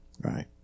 right